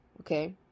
okay